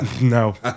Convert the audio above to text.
No